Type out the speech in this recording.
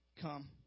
come